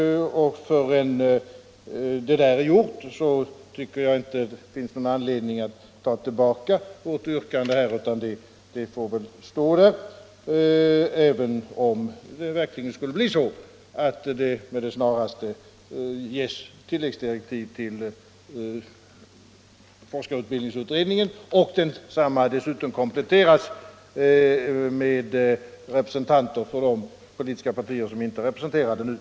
Därför tycker jag inte att vi tills vidare har anledning att ta tillbaka vårt yrkande, utan det får kvarstå, även om det verkligen skulle bli så, att tilläggsdirektiv med det snaraste kommer att ges till forskarutbildningsutredningen och att denna dessutom kompletteras med representanter för de politiska partier som nu inte är representerade där.